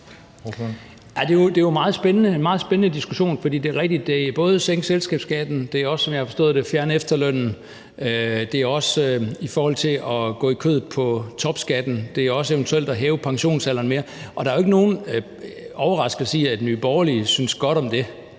Det er jo en meget spændende diskussion. Det er rigtigt, at det både er det at sænke selskabsskatten, og det er – som jeg har forstået det – også det at fjerne efterlønnen, at gå i kødet på topskatten og eventuelt også at hæve pensionsalderen mere. Der er jo ikke nogen overraskelse i, at Nye Borgerlige synes godt om det.